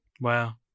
Wow